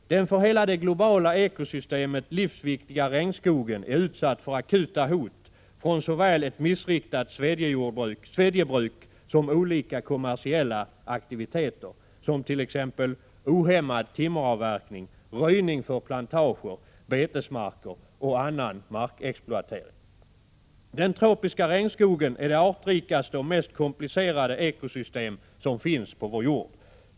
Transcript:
Den för hela det globala ekosystemet livsviktiga regnskogen är utsatt för akuta hot såväl från ett missriktat svedjebruk som från olika kommersiella aktiviteter, t.ex. ohämmad timmeravverkning, röjning för plantager, betesmarker och annan markexploatering. Den tropiska regnskogen är det artrikaste och mest komplicerade ekosystem som finns på vår jord.